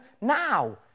now